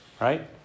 right